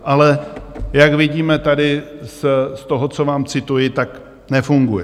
Ale jak vidíme tady z toho, co vám, cituji, tak nefunguje.